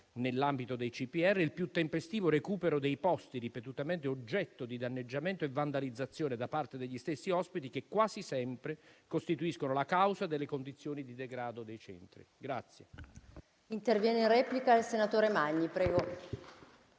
nell'ambito dei CPR il più tempestivo recupero dei posti ripetutamente oggetto di danneggiamento e vandalizzazione da parte degli stessi ospiti, che quasi sempre costituiscono la causa delle condizioni di degrado dei centri.